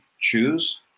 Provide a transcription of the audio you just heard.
choose